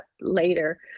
later